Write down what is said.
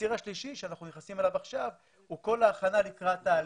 והציר השלישי אליו אנחנו נכנסים עכשיו הוא כל ההכנה לקראת העלייה.